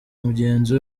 mugenzi